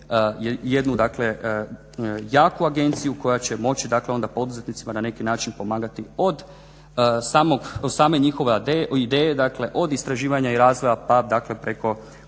jednu, dakle jaku agenciju koja će moći dakle onda poduzetnicima na neki način pomagati od same njihove ideje, dakle od istraživanja i razvoja, pa dakle preko